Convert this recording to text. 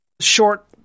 short